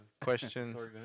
questions